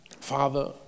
Father